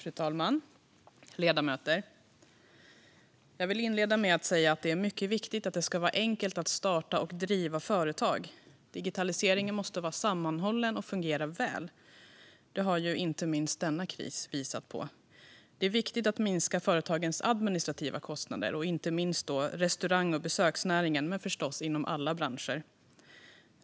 Fru talman och ledamöter! Jag vill inleda med att säga att det är mycket viktigt att det ska vara enkelt att starta och driva företag. Digitaliseringen måste vara sammanhållen och fungera väl; det har inte minst denna kris visat på. Det är viktigt att minska företagens administrativa kostnader, särskilt inom restaurang och besöksnäringen men förstås också inom övriga branscher.